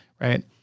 right